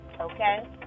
okay